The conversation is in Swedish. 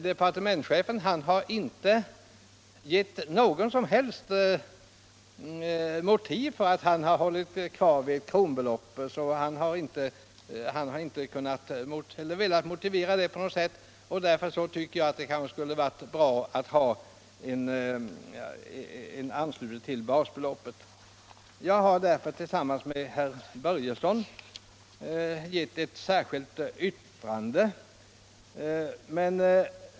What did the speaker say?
Departementschefen har inte velat ange något som helst motiv för att han hållit fast vid ett kronbelopp. Jag tycker alltså att det skulle ha varit bra med en anslutning till basbeloppet, och jag har därför tillsammans med herr Börjesson i Falköping avgivit ett särskilt yttrande.